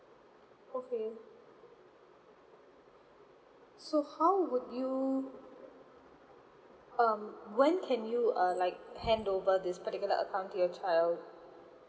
okay so how would you um when can you uh like hand over this particular account to your child